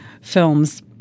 films